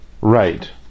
right